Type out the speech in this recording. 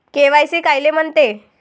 KYC कायले म्हनते?